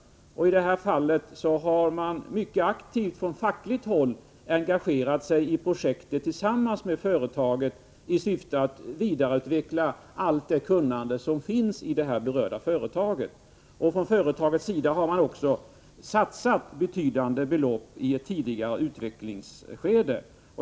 I det här fallet har man från fackligt håll mycket aktivt engagerat sig i projektet tillsammans med det berörda företaget i syfte att vidareutveckla allt det kunnande som finns i företaget. Från företagets sida har man också satsat betydande belopp i ett tidigare utvecklingsskede.